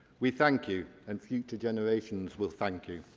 we thank you, and future generations will thank you.